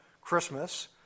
Christmas